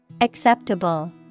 Acceptable